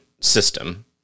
system